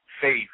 faith